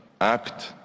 act